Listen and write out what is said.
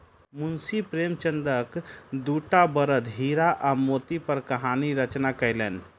मुंशी प्रेमचंदक दूटा बड़द हीरा आ मोती पर कहानी रचना कयलैन